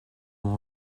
ont